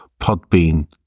podbean